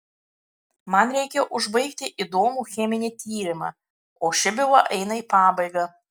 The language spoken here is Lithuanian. man reikia užbaigti įdomų cheminį tyrimą o ši byla eina į pabaigą